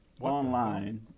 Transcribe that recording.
online